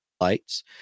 lights